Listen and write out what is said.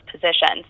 positions